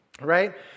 right